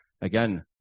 Again